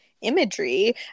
imagery